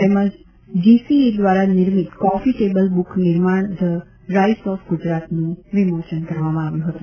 તેમજ જીસીએ દ્વારા નિર્મિત કોફી ટેબલ બુક નિર્માણ ધ રાઇસ ઓફ ગુજરાતનું વિમોચન કરવામાં આવ્યું હતું